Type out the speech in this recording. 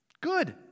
Good